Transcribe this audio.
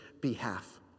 behalf